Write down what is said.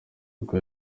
ubwo